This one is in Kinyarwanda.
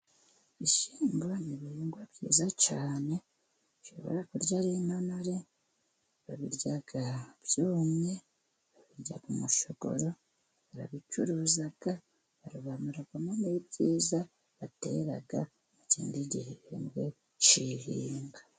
Ibishyimbo ni ibihingwa byiza cyane ushobora kurya ari intonore, babirya byumye, babirya umushogoro, barabicuruza, barobanuramo n'ibyiza batera mu kindi gihembwe cy'ihinga.